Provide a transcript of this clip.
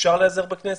אפשר להיעזר בכנסת,